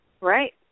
Right